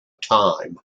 time